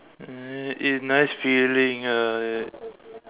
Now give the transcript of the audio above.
eh nice feeling ah like that